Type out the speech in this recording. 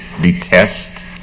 detest